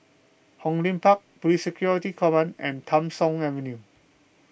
Hong Lim Park Police Security Command and Tham Soong Avenue